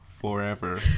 forever